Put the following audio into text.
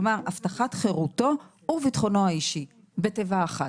כלומר: הבטחת חירותו וביטחונו האישי בתיבה אחת.